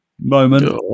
moment